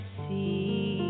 see